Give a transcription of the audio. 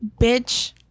bitch